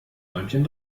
däumchen